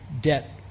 debt